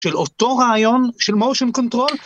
של אותו רעיון של מושן קונטרול.